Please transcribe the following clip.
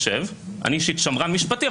אני שמרן משפטי,